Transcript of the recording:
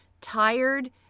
Tired